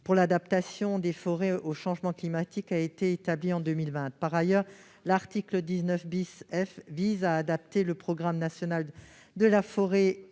pour l'adaptation des forêts au changement climatique a été établie en 2020. Par ailleurs, l'article 19 F prévoit d'adapter le programme national de la forêt